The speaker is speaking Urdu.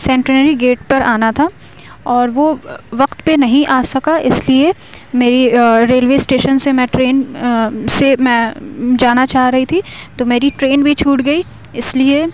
سینٹنری گیٹ پر آنا تھا اور وہ وقت پہ نہیں آ سکا اس لیے میری ریلوے اسٹیشن سے میں ٹرین سے میں جانا چاہ رہی تھی تو میری ٹرین بھی چھوٹ گئی اس لیے